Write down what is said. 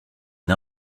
une